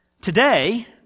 today